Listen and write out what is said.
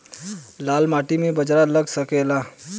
लाल माटी मे बाजरा लग सकेला?